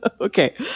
Okay